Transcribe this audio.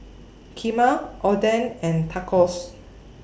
Kheema Oden and Tacos